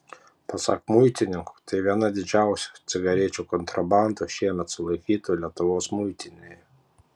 pasak muitininkų tai viena didžiausių cigarečių kontrabandų šiemet sulaikytų lietuvos muitinėje